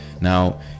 Now